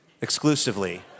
exclusively